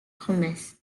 commerce